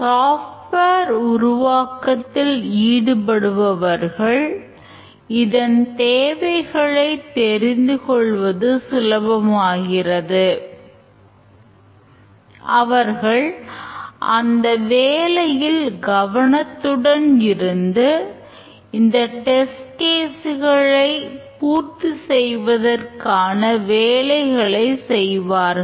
software பூர்த்தி செய்வதற்கான வேலைகளை செய்வார்கள்